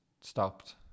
stopped